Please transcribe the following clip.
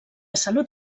salut